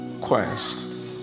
quest